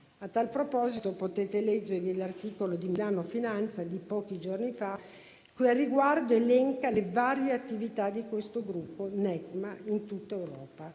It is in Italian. A tal proposito, potete leggere l'articolo di "Milano Finanza" di pochi giorni fa, che al riguardo elenca le varie attività del gruppo Negma in tutta Europa;